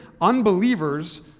Unbelievers